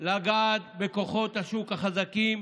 לגעת בכוחות השוק החזקים,